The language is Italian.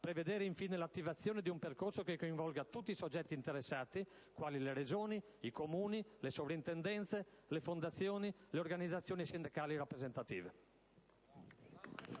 prevedere, infine, l'attivazione di un percorso che coinvolga tutti i soggetti interessati, quali le Regioni, i Comuni, le Soprintendenze, le fondazioni, le organizzazioni sindacali rappresentative.